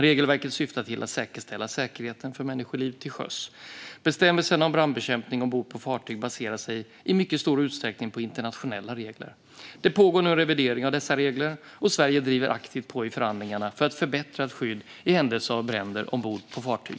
Regelverket syftar till att säkerställa säkerheten för människoliv till sjöss. Bestämmelserna om brandbekämpning ombord på fartyg baserar sig i mycket stor utsträckning på internationella regler. Det pågår nu en revidering av dessa regler, och Sverige driver aktivt på i förhandlingarna för ett förbättrat skydd vid händelse av bränder ombord på fartyg.